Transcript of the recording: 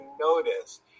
notice